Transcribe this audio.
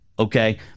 Okay